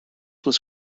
was